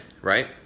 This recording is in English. right